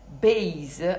base